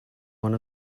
one